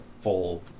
full